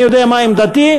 אני יודע מה עמדתי,